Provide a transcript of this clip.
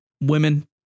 women